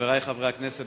חברי חברי הכנסת,